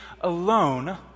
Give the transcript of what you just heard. alone